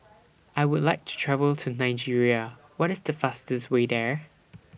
I Would like to travel to Nigeria What IS The fastest Way There